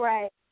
Right